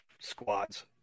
squads